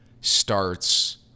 starts